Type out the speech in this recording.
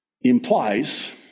implies